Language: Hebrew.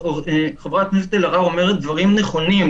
חברת הכנסת אלהרר אומרת דברים נכונים.